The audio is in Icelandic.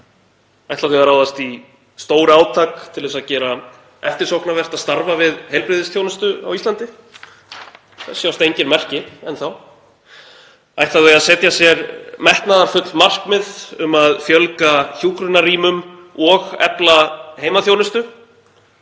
Ætla þau að ráðast í stórátak til að gera eftirsóknarvert að starfa við heilbrigðisþjónustu á Íslandi? Þess sjást engin merki enn þá. Ætla þau að setja sér metnaðarfull markmið um að fjölga hjúkrunarrýmum og efla heimaþjónustu?